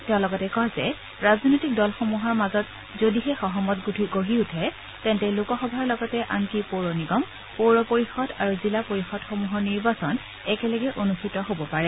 তেওঁ লগতে কয় যে ৰাজনৈতিক দলসমূহৰ মাজত যদিহে সহমত গঢ়ি উঠে তেন্তে লোকসভাৰ লগতে আনকি পৌৰনিগম পৌৰ পৰিষদ আৰু জিলা পৰিষদসমূহৰো নিৰ্বাচন একেলগে অনুষ্ঠিত হ'ব পাৰে